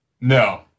No